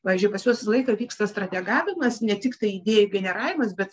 pavyzdžiui pas juos visą laiką vyksta strategavimas ne tiktai idėjų generavimas bet